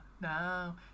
no